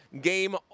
game